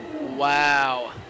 wow